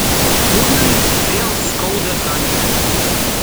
uliui vėl skauda dantį